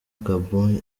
gabon